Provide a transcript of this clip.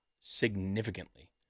significantly